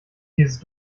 dieses